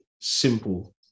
simple